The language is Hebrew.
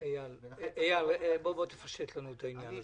בוא תפשט לנו את העניין.